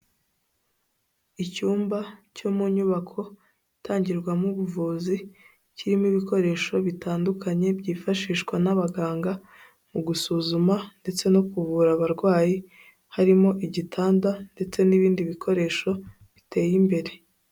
Icyumba cyo mu nyubako itangirwamo ubuvuzi kirimo ibikoresho bitandukanye byifashishwa n'abaganga mu gusuzuma ndetse no kuvura abarwayi, harimo igitanda ndetse n'ibindi bikoresho biteye imbere.